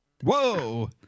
Whoa